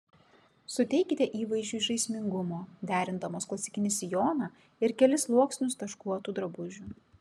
suteikite įvaizdžiui žaismingumo derindamos klasikinį sijoną ir kelis sluoksnius taškuotų drabužių